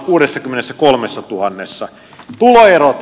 tuloerot kapenivat